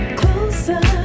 closer